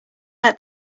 let